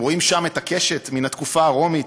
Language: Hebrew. רואים שם את הקשת / מן התקופה הרומית?